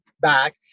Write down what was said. back